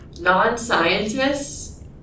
Non-scientists